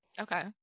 Okay